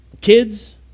kids